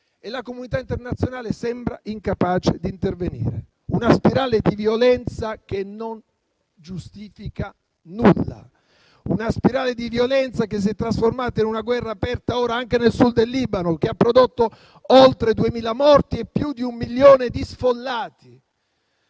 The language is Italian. la comunità internazionale, e quest'ultima sembra incapace di intervenire. È una spirale di violenza che non giustifica nulla; una spirale di violenza che si è trasformata in una guerra aperta ora anche nel Sud del Libano, che ha prodotto oltre 2.000 morti e più di un milione di sfollati.